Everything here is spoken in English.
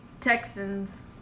Texans